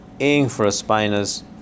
infraspinous